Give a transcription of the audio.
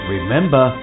Remember